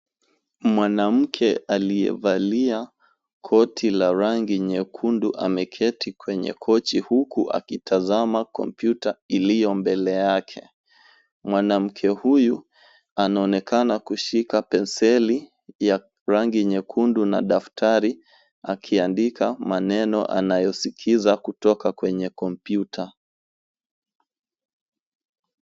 Mwanamke aliyevalia koti la rangi nyekundu ameketi kwenye kochi huku akitazama kompyuta iliyo mbele yake. Mwanamke huyu anaonekana kushika penseli ya rangi nyekundu na daftari akiandika maneno anayosikiza kutoka kwenye kompyuta.